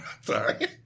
Sorry